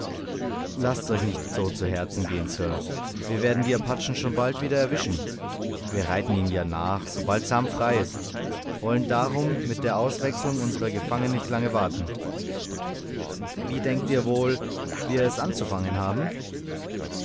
laßt's euch nicht so zu herzen gehen sir wir werden die apachen schon bald wieder erwischen wir reiten ihnen ja nach sobald sam frei ist wollen darum mit der auswechslung unserer gefangenen nicht lange warten wie denkt ihr wohl wie wir es anzufangen haben